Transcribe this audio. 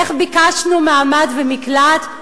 איך ביקשנו מעמד ומקלט,